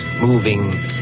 moving